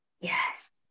Yes